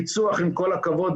פיצו"ח עם כל הכבוד,